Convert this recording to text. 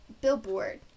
billboard